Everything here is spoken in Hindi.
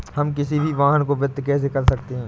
हम किसी भी वाहन को वित्त कैसे कर सकते हैं?